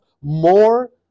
more